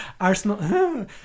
Arsenal